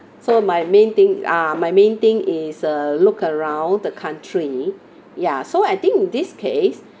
so my main thing ah my main thing is uh look around the country ya so I think in this case